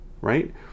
right